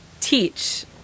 teach